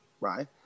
Right